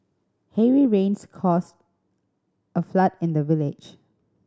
heavy rains caused a flood in the village